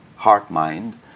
heart-mind